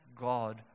God